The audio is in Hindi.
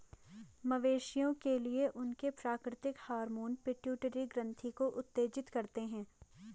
मवेशियों के लिए, उनके प्राकृतिक हार्मोन पिट्यूटरी ग्रंथि को उत्तेजित करते हैं